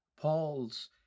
Paul's